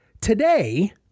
Today